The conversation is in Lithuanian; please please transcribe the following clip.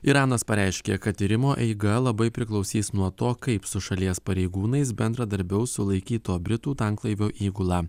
iranas pareiškė kad tyrimo eiga labai priklausys nuo to kaip su šalies pareigūnais bendradarbiaus sulaikyto britų tanklaivio įgula